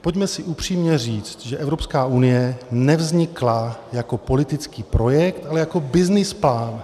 Pojďme si upřímně říci, že Evropská unie nevznikla jako politický projekt, ale jako byznys plán.